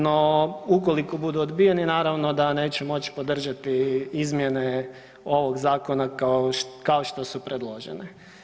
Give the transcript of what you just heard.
No, ukoliko budu odbijeni naravno da neću moći podržati izmjene ovog Zakona kao što su predložene.